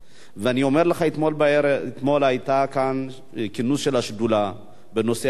ואני אומר לך: אתמול היה כאן כינוס של השדולה בנושא הדיור,